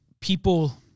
people